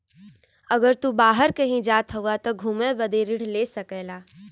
अगर तू बाहर कही जात हउआ त घुमे बदे ऋण ले सकेला